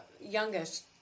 youngest